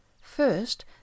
First